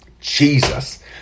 Jesus